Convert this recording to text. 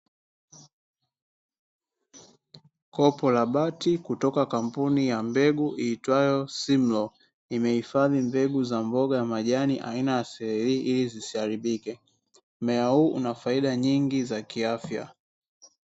Kopo la bati kutoka kampuni ya mbegu iitwayo ''Simlo'' limeifadhi mbegu za mboga ya majani aina ya ili zisiaribika . Mmea huu unafaida nyingi za kiafya